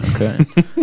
Okay